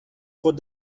خود